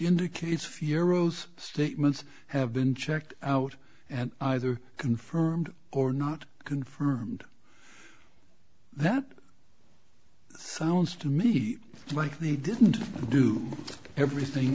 indicates a few arrows statements have been checked out and either confirmed or not confirmed that sounds to me like they didn't do everything